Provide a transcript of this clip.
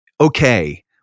okay